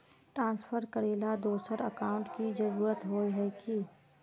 Transfer करेला दोसर account की जरुरत होय है की?